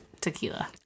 tequila